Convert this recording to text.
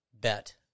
bet